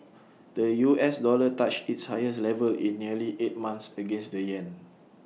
the U S dollar touched its highest level in nearly eight months against the Yen